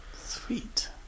sweet